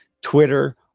Twitter